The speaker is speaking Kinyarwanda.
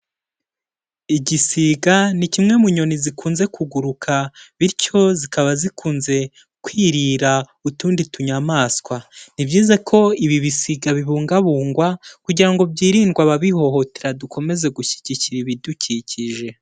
Igisiga ni kimwe mu nyoni zikunze kuguruka bityo zikaba zikunze kwirira utundi tunyamaswa, ni byiza ko ibi bisiga bibungabungwa kugira ngo byirindwe ababihohotera dukomeze gushyigikira ibidukikije.